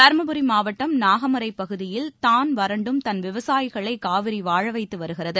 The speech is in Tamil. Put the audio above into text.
தர்மபுரி மாவட்டம் நாகமரைப் பகுதியில் தான் வறண்டும் தன் விவசாயிகளை காவிரி வாழ வைத்து வருகிறது